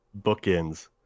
Bookends